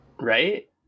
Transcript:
Right